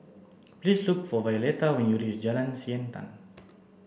please look for Violetta when you reach Jalan Siantan